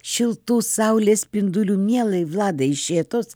šiltų saulės spindulių mielai vladai iš šėtos